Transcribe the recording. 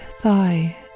thigh